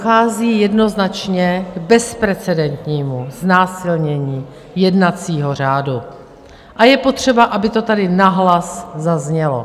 Tady dochází jednoznačně k bezprecedentnímu znásilnění jednacího řádu a je potřeba, aby to tady nahlas zaznělo.